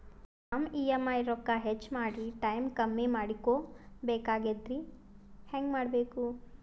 ನಮ್ಮ ಇ.ಎಂ.ಐ ರೊಕ್ಕ ಹೆಚ್ಚ ಮಾಡಿ ಟೈಮ್ ಕಮ್ಮಿ ಮಾಡಿಕೊ ಬೆಕಾಗ್ಯದ್ರಿ ಹೆಂಗ ಮಾಡಬೇಕು?